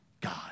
God